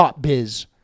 .biz